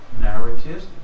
narratives